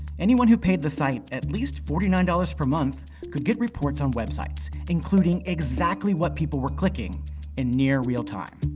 anyone who paid the site at least forty nine dollars per month could get reports on websites, including exactly what people were clicking in near-real time.